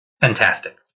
Fantastic